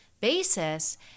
basis